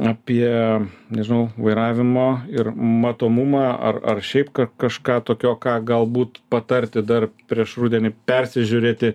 apie nežinau vairavimo ir matomumą ar ar šiaip ka kažką tokio ką galbūt patarti dar prieš rudenį persižiūrėti